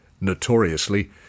Notoriously